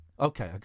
Okay